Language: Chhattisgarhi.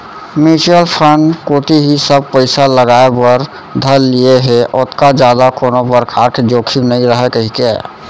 म्युचुअल फंड कोती ही सब पइसा लगाय बर धर लिये हें ओतका जादा कोनो परकार के जोखिम नइ राहय कहिके